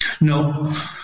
No